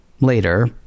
Later